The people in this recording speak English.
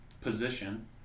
position